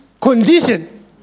condition